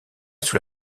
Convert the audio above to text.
sous